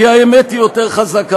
כי האמת היא יותר חזקה.